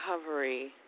recovery